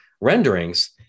renderings